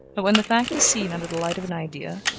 but when the fact is seen under the light of an idea,